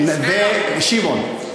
שמעון.